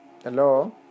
Hello